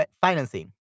financing